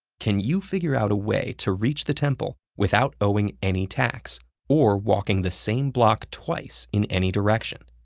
can you figure out a way to reach the temple without owing any tax or walking the same block twice in any direction?